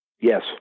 Yes